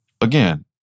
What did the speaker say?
again